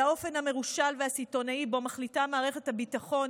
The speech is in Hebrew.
על האופן המרושל והסיטונאי שבו מחליטה מערכת הביטחון